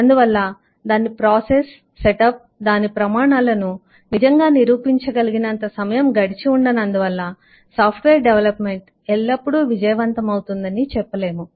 అందువల్ల దాని process setup దాని ప్రమాణాలను నిజంగా నిరూపించగలిగినంత సమయం గడిచిఉండనందు వల్ల సాఫ్ట్ వేర్ డెవలప్మెంట్ ఎల్లప్పుడూ విజయవంతమవుతుందని చెప్పలేము